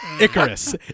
Icarus